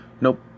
Nope